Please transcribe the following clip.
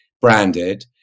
branded